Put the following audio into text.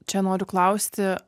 čia noriu klausti